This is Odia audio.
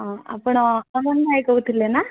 ହଁ ଆପଣ ଚନ୍ଦନ ଭାଇ କହୁଥିଲେ ନା